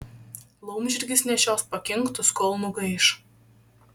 laumžirgis nešios pakinktus kol nugaiš